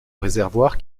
réservoir